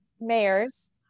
mayors